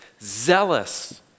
zealous